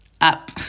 up